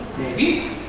maybe.